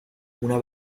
una